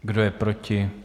Kdo je proti?